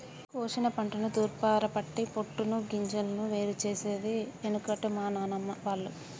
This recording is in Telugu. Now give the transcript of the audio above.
కోశిన పంటను తూర్పారపట్టి పొట్టును గింజలను వేరు చేసేది ఎనుకట మా నానమ్మ వాళ్లు